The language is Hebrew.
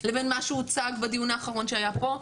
לבין מה שהוצג בדיון האחרון שהיה פה,